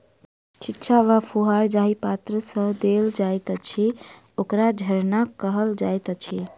छिच्चा वा फुहार जाहि पात्र सँ देल जाइत अछि, ओकरा झरना कहल जाइत अछि